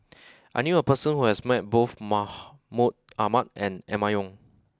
I knew a person who has met both Maha Mahmud Ahmad and Emma Yong